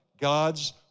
God's